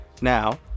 Now